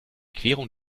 querung